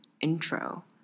intro